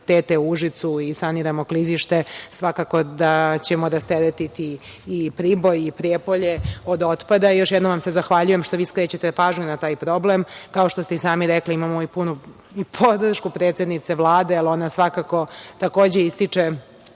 u Užicu i saniramo klizište, svakako da ćemo rasteretiti i Priboj i Prijepolje od otpada. Još jednom vam se zahvaljujem što vi skrećete pažnju na taj problem. Kao što ste i sami rekli, imamo i punu podršku predsednice Vlade, ali ona svakako takođe ističe